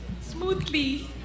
smoothly